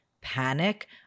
panic